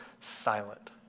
silent